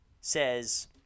says